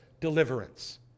deliverance